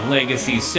Legacy